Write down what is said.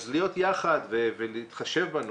אז להיות יחד ולהתחשב בנו.